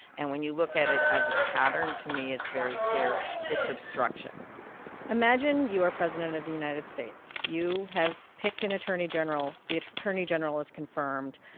and when you look at it as a pattern, to me, it's very clear it's obstruction imagine you are president of the united states. you have picked an attorney general. the attorney general is confirmed.